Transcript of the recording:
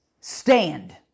stand